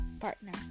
partner